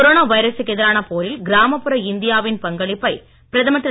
corona வைரசுக்கு எதிரான போரில் கிராமப்புற இந்தியா வின் பங்களிப்பை பிரதமர் திரு